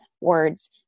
words